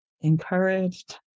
encouraged